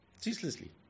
ceaselessly